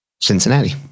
Cincinnati